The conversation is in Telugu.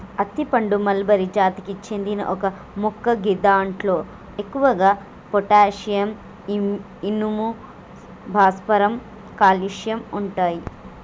అత్తి పండు మల్బరి జాతికి చెందిన ఒక మొక్క గిదాంట్లో ఎక్కువగా పొటాషియం, ఇనుము, భాస్వరం, కాల్షియం ఉంటయి